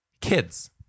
kids